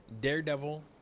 Daredevil